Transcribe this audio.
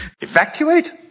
Evacuate